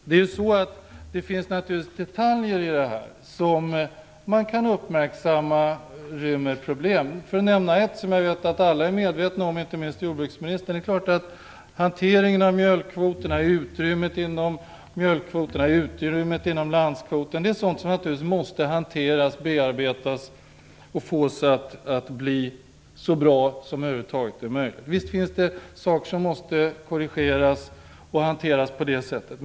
Det finns naturligtvis detaljer i detta som rymmer ett problem. Jag kan nämna ett som alla är medvetna om, inte minst jordbruksministern. Hanteringen av mjölkkvoterna, utrymmet inom mjölkkvoterna och utrymmet inom landskvoten är naturligtvis sådant som måste hanteras och bearbetas för att få det att bli så bra som det över huvud taget är möjligt. Visst finns det saker som måste korrigeras och hanteras på det sättet.